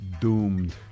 doomed